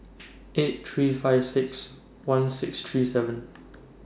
eight three five six one six three seven